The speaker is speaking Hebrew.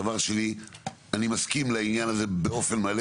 דבר שני אני מסכים לעניין הזה באופן מלא